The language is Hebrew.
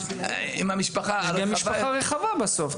יש משפחה רחבה בסוף.